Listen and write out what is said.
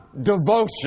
devotion